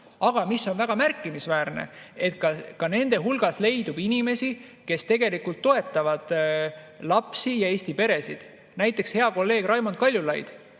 Mis on väga märkimisväärne: ka nende hulgas leidub inimesi, kes tegelikult toetavad lapsi ja Eesti peresid. Näiteks hea kolleeg Raimond Kaljulaid,